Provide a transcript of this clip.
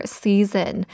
season